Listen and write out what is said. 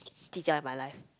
ji-jiao in my life